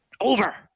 over